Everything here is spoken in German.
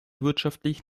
wirtschaftlich